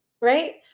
right